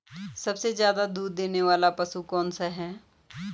सबसे ज़्यादा दूध देने वाला पशु कौन सा है?